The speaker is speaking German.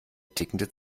tickende